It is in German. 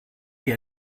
die